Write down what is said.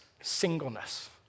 singleness